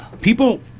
people